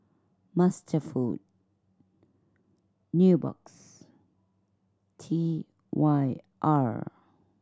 MasterFoods Nubox T Y R